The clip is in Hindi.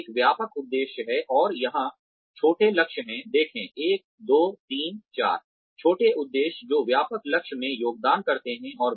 तो एक व्यापक उद्देश्य है और यहां छोटे लक्ष्य हैं देखें 1 2 3 4 छोटे उद्देश्य जो व्यापक लक्ष्य में योगदान करते हैं